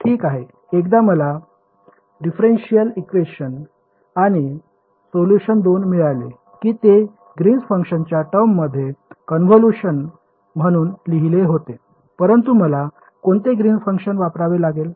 ठीक आहे एकदा मला डिफरेन्शिअल इक्वेशन आणि सोलुशन 2 मिळाले की ते ग्रीन्स फंक्शनच्या टर्म मध्ये कन्व्होल्यूशन म्हणून लिहिलेले होते परंतु मला कोणते ग्रीन्स फंक्शन वापरावे लागले